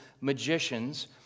magicians